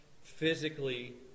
physically